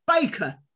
Baker